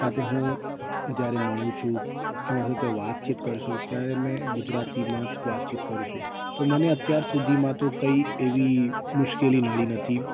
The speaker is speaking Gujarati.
સાથે હું જ્યારે મળું છું એમનાં સાથે વાતચીત કરું છું ત્યારે મેં ગુજરાતીમાં વાતચીત કરું છું તો મને અત્યાર સુધીમાં તો કંઈ એવી મુશ્કેલી નડી નથી